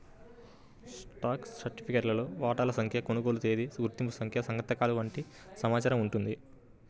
stock సర్టిఫికేట్లో వాటాల సంఖ్య, కొనుగోలు తేదీ, గుర్తింపు సంఖ్య సంతకాలు వంటి సమాచారం ఉంటుంది